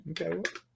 Okay